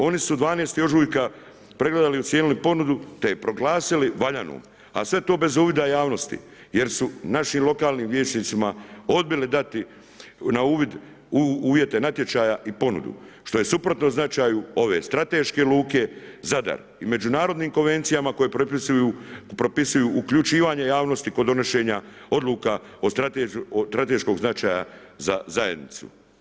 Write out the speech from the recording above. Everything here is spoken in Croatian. Oni su 12. ožujka pregledali i ocijenili ponudu te ju proglasili valjanom, a sve to bez uvida javnosti jer su našim lokalnim vijećnicima odbili dati na uvid uvjete natječaja i ponudu što je suprotno značaju ove strateške luke Zadar i međunarodnim konvencijama koji propisuju uključivanje javnosti kod donošenja odluka od strateškog značaja za zajednicu.